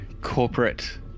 corporate